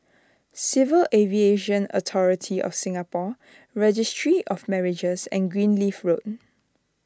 Civil Aviation Authority of Singapore Registry of Marriages and Greenleaf Road